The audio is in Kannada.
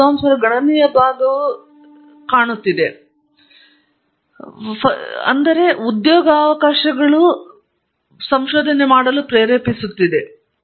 ಜೀವಿತಾವಧಿ ಗಳಿಕೆಗಳಲ್ಲಿ ಗರಿಷ್ಠ ಹತ್ತು ಶೇಕಡ ಹೆಚ್ಚಿದೆ ಎಂದು ನಾನು ಕಂಡುಕೊಂಡಿದ್ದೇನೆ ಇದರರ್ಥ ನೀವು ಹೊರಗಿರುವ ಜನರನ್ನು ಬಿಟ್ಟುಬಿಡಬೇಕಾದರೆ ಕೆಲವರು ತಮ್ಮ ಶಿಸ್ತಿನ ವಿಷಯವೇನೆಂದರೆ ನೀವು ಬಿಟ್ಟುಹೋಗುವ ಜನರೇ ಆಗಿರಲಿ